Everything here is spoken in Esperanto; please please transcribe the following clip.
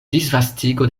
disvastigo